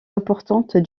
importante